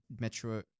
Metro